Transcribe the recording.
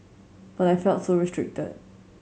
but I felt so restricted